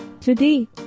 Today